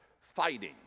fighting